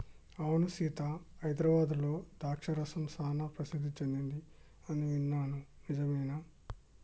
అవును సీత హైదరాబాద్లో ద్రాక్ష రసం సానా ప్రసిద్ధి సెదింది అని విన్నాను నిజమేనా